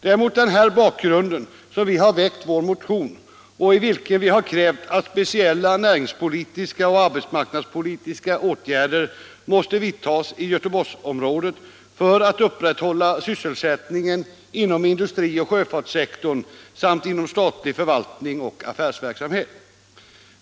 Det är mot denna bakgrund vi har väckt vår motion i vilken vi har krävt att speciella näringspolitiska och arbetsmarknadspolitiska åtgärder vidtas i Göteborgsområdet för att man skall kunna upprätthålla sysselsättningen inom industrioch sjöfartssektorn samt inom statlig förvaltning och affärsverksamhet.